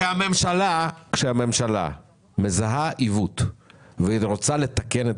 כשהממשלה מזהה עיוות ורוצה לתקן את